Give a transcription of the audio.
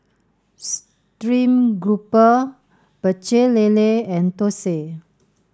stream grouper Pecel Lele and Thosai